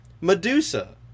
Medusa